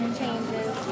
changes